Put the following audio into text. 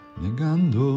negando